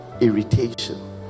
irritation